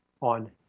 on